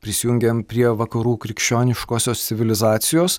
prisijungėm prie vakarų krikščioniškosios civilizacijos